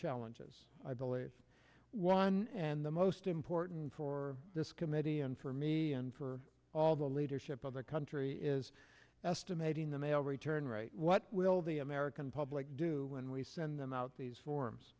challenges i believe one and the most important for this committee and for me and for all the leadership of the country is estimating the mail return right what will the american public do when we send them out these